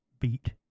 Beat